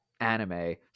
anime